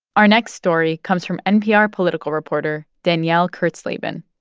our next story comes from npr political reporter danielle kurtzleben